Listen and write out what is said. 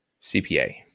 CPA